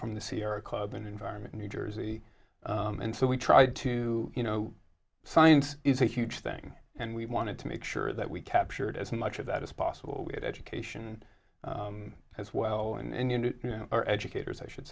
from the sierra club an environment new jersey and so we tried to you know science is a huge thing and we wanted to make sure that we captured as much of that as possible we had education as well and you know our educators i should